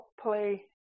play